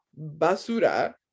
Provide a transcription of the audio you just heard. basura